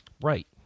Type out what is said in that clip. Right